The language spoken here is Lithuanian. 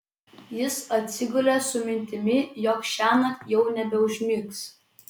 jis atsigulė su mintimi jog šiąnakt jau nebeužmigs